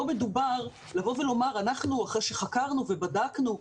לבוא ולומר שאנחנו, אחרי שחקרנו ובדקנו,